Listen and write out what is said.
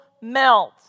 melt